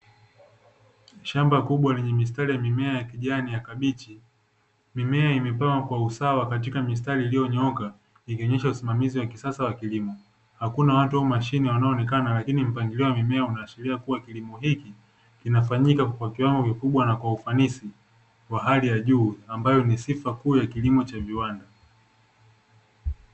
Shamba kubwa lenye mistari ya mimea ya kijani ya kabichi, mimea imepangwa kwa usawa katika mistari iliyonyooka, ikionyesha usimamizi wa kisasa wa kilimo. Hakuna watu au mashine wanaoonekana lakini mpangilio wa mimea unaashiria kuwa kilimo hiki, kinafanyika kwa kiwango kikubwa na kwa ufanisi wa hali ya juu, ambayo ni sifa kuu ya kilimo cha viwanda.